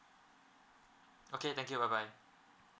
okay thank you bye bye